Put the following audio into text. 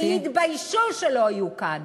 שיתביישו שלא היו כאן.